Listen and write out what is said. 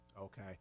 Okay